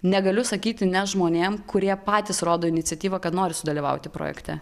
negaliu sakyti ne žmonėm kurie patys rodo iniciatyvą kad nori sudalyvauti projekte